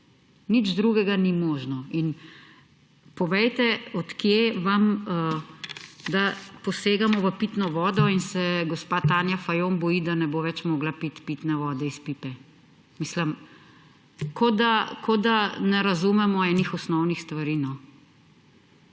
Nič drugega ni mogoče. In povejte, od kod vam, da posegamo v pitno vodo in se gospa Tanja Fajon boji, da ne bo več mogla piti pitne vode iz pipe. Mislim, kot da ne razumemo enih osnovnih stvari, no!